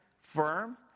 firm